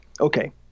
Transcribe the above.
okay